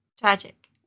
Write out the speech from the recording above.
Tragic